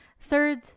Third